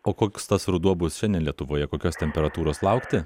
o koks tas ruduo bus šiandien lietuvoje kokios temperatūros laukti